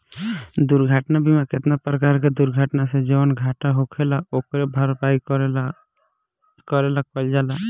दुर्घटना बीमा केतना परकार के दुर्घटना से जवन घाटा होखेल ओकरे भरपाई करे ला कइल जाला